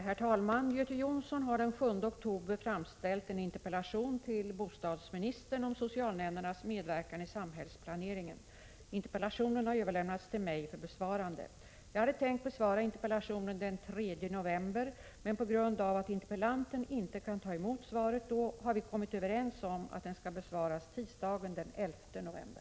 Herr talman! Göte Jonsson har den 7 oktober framställt en interpellation till bostadsministern om socialnämndernas medverkan i samhällsplaneringen. Interpellationen har överlämnats till mig för besvarande. Jag hade tänkt besvara interpellationen den 3 november, men på grund av att interpellanten inte kan ta emot svaret då har vi kommit överens om att den skall besvaras tisdagen den 11 november.